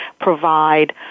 provide